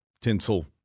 tinsel